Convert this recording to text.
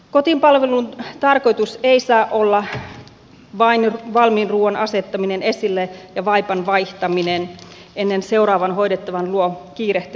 kotipalvelun tarkoitus ei saa olla vain valmiin ruuan asettaminen esille ja vaipan vaihtaminen ennen seuraavan hoidettavan luo kiirehtimistä